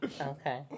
Okay